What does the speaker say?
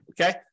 okay